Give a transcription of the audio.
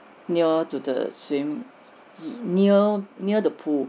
near to the swim near near the pool